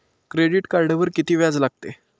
Credit कार्डवर किती व्याज लागते?